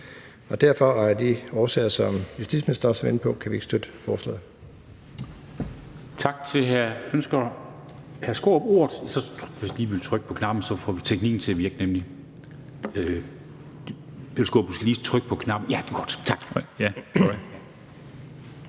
Derfor og af de årsager, som justitsministeren også var inde på, kan vi ikke støtte forslaget.